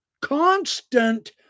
Constant